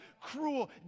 cruel